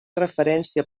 referència